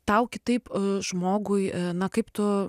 tau kitaip žmogui na kaip tu